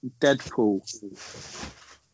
Deadpool